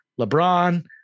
LeBron